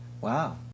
Wow